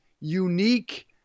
unique